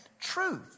truth